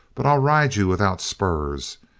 but i'll ride you without spurs,